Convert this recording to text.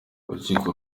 urukiko